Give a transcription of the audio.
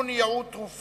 כי הוא היה כבר ותיק,